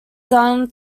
done